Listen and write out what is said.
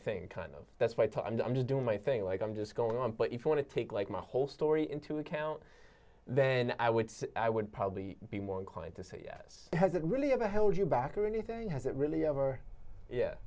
thing kind of that's what i'm doing my thing like i'm just going on but if i want to take like my whole story into account then i would i would probably be more inclined to say yes has it really ever held you back or anything has it really ever y